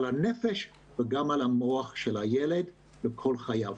על הנפש, וגם על המוח של הילד לכל חייו.